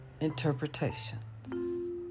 Interpretations